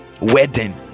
wedding